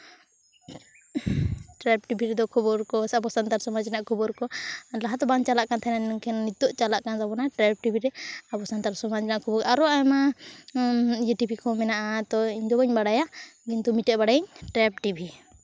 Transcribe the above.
tribe TV ᱨᱮᱫᱚ ᱠᱷᱚᱵᱚᱨ ᱠᱚ ᱥᱮ ᱟᱵᱚ ᱥᱟᱱᱛᱟᱲ ᱥᱚᱢᱟᱡᱽ ᱨᱮᱱᱟᱜ ᱠᱷᱚᱵᱚᱨ ᱠᱚ ᱞᱟᱦᱟᱛᱮ ᱵᱟᱝ ᱪᱟᱞᱟᱜ ᱠᱟᱱ ᱛᱟᱦᱮᱱ ᱢᱮᱱᱠᱷᱟᱱ ᱱᱤᱛᱳᱜ ᱪᱟᱞᱟᱜ ᱠᱟᱱ ᱛᱟᱵᱚᱱᱟ ᱴᱨᱟᱭᱤᱵᱽ ᱴᱤᱵᱷᱤ ᱨᱮ ᱟᱵᱚ ᱥᱟᱱᱛᱟᱲ ᱥᱚᱢᱟᱡᱽ ᱨᱮᱱᱟᱜ ᱠᱷᱚᱵᱚᱨ ᱟᱨᱚ ᱟᱭᱢᱟ ᱤᱭᱟᱹ ᱴᱤᱵᱷᱤ ᱠᱚᱦᱚᱸ ᱢᱮᱱᱟᱜᱼᱟ ᱛᱚ ᱤᱧ ᱫᱚ ᱵᱟᱹᱧ ᱵᱟᱲᱟᱭᱟ ᱠᱤᱱᱛᱩ ᱢᱤᱫᱴᱮᱡ ᱵᱟᱲᱟᱭᱟᱹᱧ ᱴᱨᱟᱭᱤᱵᱽ ᱴᱤᱵᱷᱤ